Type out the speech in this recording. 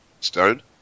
Stone